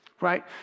Right